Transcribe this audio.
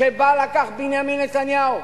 שבה לקח בנימין נתניהו